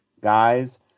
guys